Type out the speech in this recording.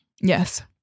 Yes